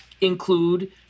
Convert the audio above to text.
include